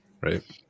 Right